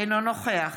אינו נוכח